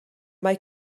mae